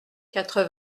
quatre